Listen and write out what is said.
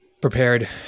prepared